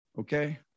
okay